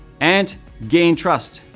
and gain trust.